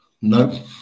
No